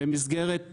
במסגרת